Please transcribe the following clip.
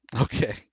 Okay